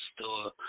store